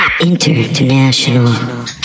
International